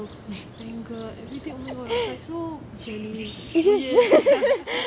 it's just